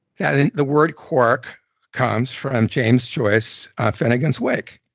that the word cork comes from james joyce's finnegan's wake.